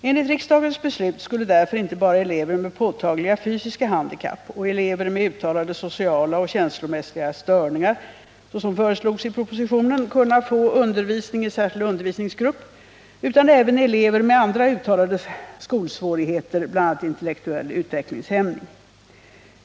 Enligt riksdagens beslut skulle därför inte bara elever med påtagliga fysiska handikapp och elever med uttalade sociala och känslomässiga störningar — såsom föreslogs i propositionen — kunna få undervisning i särskild undervisningsgrupp, utan även elever med andra uttalade skolsvårigheter, bl.a. intellektuell utvecklingshämning.